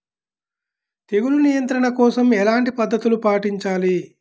తెగులు నియంత్రణ కోసం ఎలాంటి పద్ధతులు పాటించాలి?